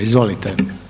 Izvolite.